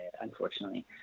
unfortunately